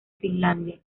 finlandia